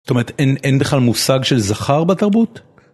זאת אומרת אין בכלל מושג של זכר בתרבות.